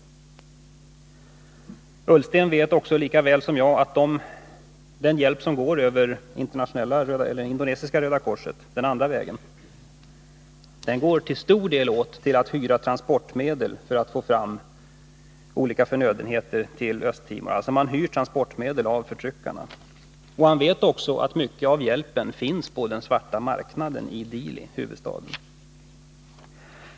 Ola Ullsten vet också, lika väl som jag, att den hjälp som går den andra vägen — över det indonesiska Röda korset — till stor del går åt till att hyra transportmedel för att få fram olika förnödenheter till Östtimor. Man hyr alltså transportmedel av förtryckarna. Vi vet också att mycket av hjälpen finns på den svarta marknaden i Dili, huvudstaden.